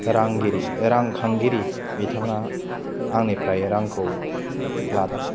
रांगिरि रां खांगिरि बिथाङा आंनिफ्राय रांखौ लादों